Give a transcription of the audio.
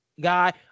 guy